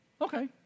okay